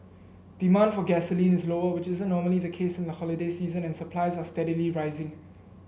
demand for gasoline is lower which isn't normally the case in the holiday season and supplies are steadily rising